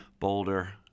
Boulder